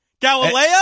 Galileo